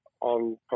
on